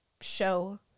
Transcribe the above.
show